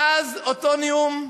מאז אותו נאום,